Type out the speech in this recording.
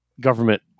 government